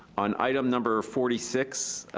on item number forty six,